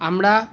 আমরা